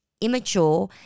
immature